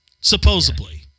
Supposedly